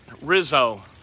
Rizzo